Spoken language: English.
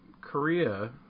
Korea